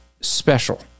special